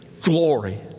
glory